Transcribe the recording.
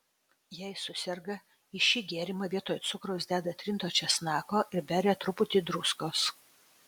jei suserga į šį gėrimą vietoj cukraus deda trinto česnako ir beria truputį druskos